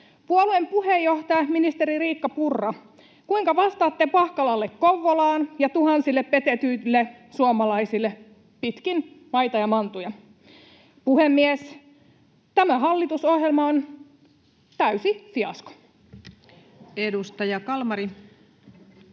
Puolueen puheenjohtaja, ministeri Riikka Purra, kuinka vastaatte Pahkalalle Kouvolaan ja tuhansille petetyille suomalaisille pitkin maita ja mantuja? Puhemies! Tämä hallitusohjelma on täysi fiasko. [Speech 134]